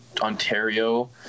Ontario